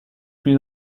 plus